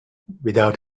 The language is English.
without